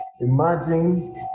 imagine